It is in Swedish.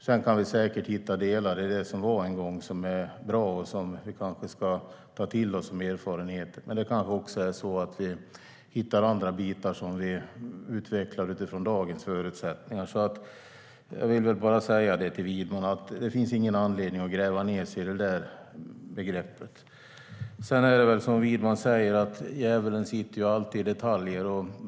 Sedan kan vi säkert hitta delar i det som var en gång som är bra och som vi kanske ska ta till oss som erfarenheter, men vi hittar kanske också andra bitar som vi kan utveckla utifrån dagens förutsättningar. Jag vill säga till Widman att det inte finns någon anledning att gräva ned sig i det begreppet. Sedan är det väl som Widman säger att djävulen alltid sitter i detaljerna.